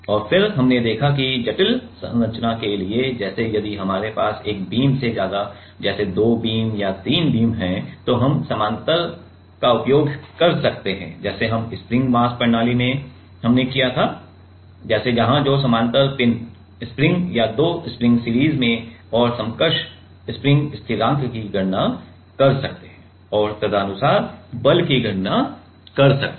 और फिर हमने देखा कि जटिल संरचना के लिए जैसे यदि हमारे पास एक बीम से ज्यादा जैसे दो बीम या तीन बीम है तो हम समानांतर का उपयोग कर सकते हैं जैसे हम स्प्रिंग मास प्रणाली में किया था जैसे जहा दो समानांतर स्प्रिंग या दो स्प्रिंग्स सीरीज में और समकक्ष स्प्रिंग स्थिरांक की गणना कर सकते हैं और तदनुसार बल की गणना कर सकते हैं